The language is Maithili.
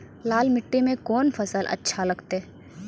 लाल मिट्टी मे कोंन फसल अच्छा लगते?